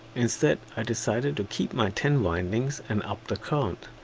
instead, i decided to keep my ten windings and up the current.